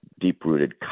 deep-rooted